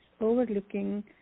overlooking